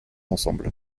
ensemble